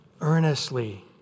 Earnestly